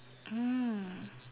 mm